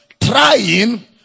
trying